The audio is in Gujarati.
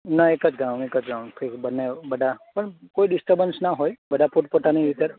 ના એક જ ગાવ એક જ ગાવ ભેગું બંને બધા પણ કોઈ ડિસ્ટબન્સ ના હોય બધા પોત પોતાની રીતે